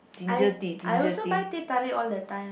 I I also buy teh-tarik all the time